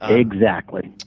ah exactly.